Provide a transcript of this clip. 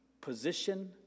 position